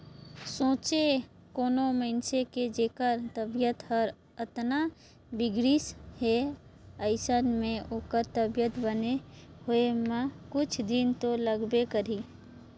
सोंचे कोनो मइनसे के जेखर तबीयत हर अतना बिगड़िस हे अइसन में ओखर तबीयत बने होए म कुछ दिन तो लागबे करही